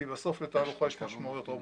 כי בסוף לתהלוכה יש משמעויות רבות.